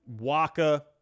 Waka